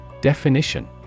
Definition